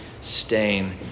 Stain